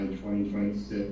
2026